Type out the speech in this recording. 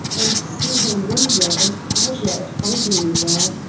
and see her wonder and pleasure at finding me there.